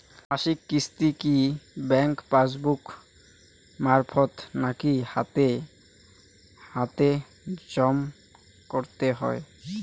মাসিক কিস্তি কি ব্যাংক পাসবুক মারফত নাকি হাতে হাতেজম করতে হয়?